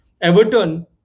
Everton